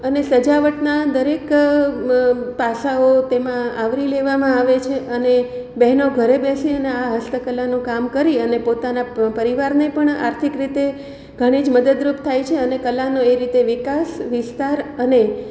અને સજાવટના દરેક પાસાઓ તેમાં આવરી લેવામા આવે છે અને બહેનો ઘરે બેસી અને આ હસ્તકલાનું કામ કરી અને પોતાના પરિવારને પણ આર્થિક રીતે ઘણી જ મદદરૂપ થાય છે અને કલાનો એ રીતે વિકાસ વિસ્તાર અને